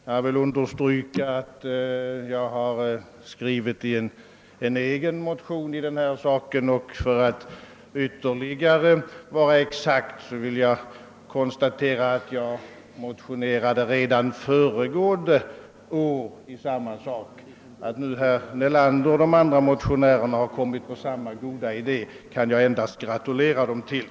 Jag måste framhålla att jag skrivit en egen motion i denna fråga, och för att fortsätta att vara exakt konstaterar jag också att jag motionerade i samma sak re dan föregående år. Att nu herr Nelander och hans medmotionärer kommit på samma goda idé, kan jag endast gratulera dem till.